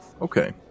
Okay